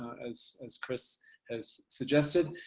as as chris has suggested,